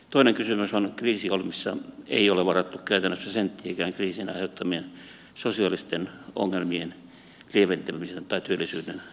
toinen kysymys on että kriisiohjelmissa ei ole varattu käytännössä senttiäkään kriisin aiheuttamien sosiaalisten ongelmien lieventämisen tai työllisyyden tukemiseen